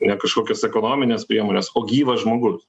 ne kažkokios ekonominės priemonės o gyvas žmogus